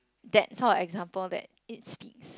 that's not an example that it speaks